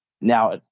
Now